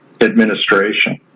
administration